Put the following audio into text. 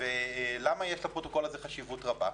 למה יש לפרוטוקול הזה חשיבות רבה?